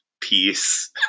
peace